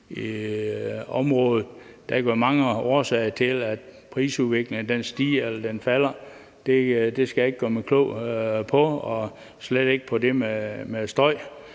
Der kan være mange årsager til, at prisudviklingen stiger eller falder. Det skal jeg ikke gøre mig klog på og slet ikke på det med støj.